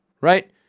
right